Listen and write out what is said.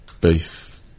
beef